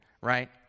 Right